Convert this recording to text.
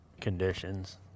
conditions